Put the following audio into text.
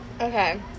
Okay